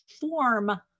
form